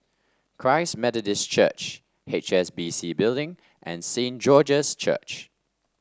Christ Methodist Church H S B C Building and Saint George's Church